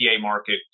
market